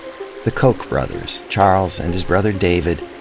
the koch brothers, charles and his brother david,